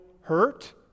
hurt